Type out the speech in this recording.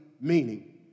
meaning